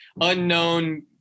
unknown